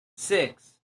six